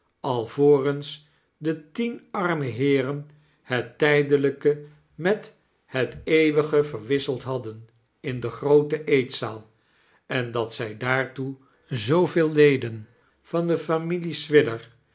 alvorens de tien arme heeren het tijdelijke met het eeuwige verwisseid hadden in de groote eeteaal en dat zij daartoe zooveel leden van de familie swidger